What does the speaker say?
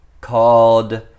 called